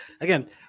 again